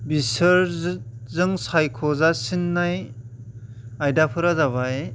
बिसोर जो जों सायख'जासिननाय आयदाफोरा जाबाय